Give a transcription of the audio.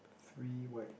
three white